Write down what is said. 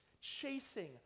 chasing